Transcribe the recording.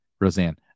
Roseanne